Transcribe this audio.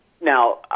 Now